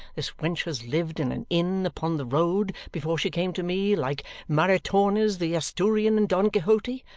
this wench has lived in an inn upon the road, before she came to me, like maritornes the asturian in don quixote.